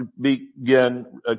begin